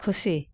ᱠᱷᱩᱥᱤ